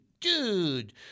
dude